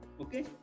Okay